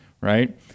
right